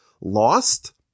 lost